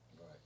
Right